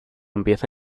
empieza